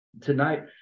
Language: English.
Tonight